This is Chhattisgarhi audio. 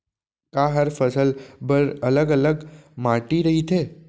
का हर फसल बर अलग अलग माटी रहिथे?